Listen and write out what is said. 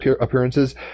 appearances